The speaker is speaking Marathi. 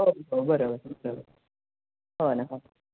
हो हो बरोबर बरोबर हो ना हो